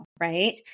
right